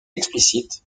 explicites